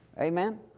Amen